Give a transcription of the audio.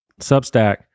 substack